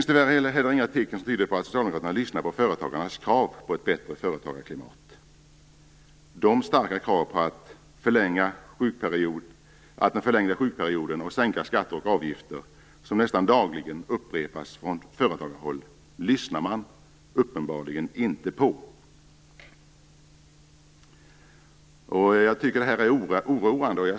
Tyvärr finns det heller inga tecken som tyder på att Socialdemokraterna lyssnar på företagarnas krav på ett bättre företagarklimat. De starka kraven på en förlängd sjukperiod och sänkta skatter och avgifter, som nästan dagligen upprepas från företagarhåll, lyssnar man uppenbarligen inte på. Detta är oroande.